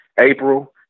April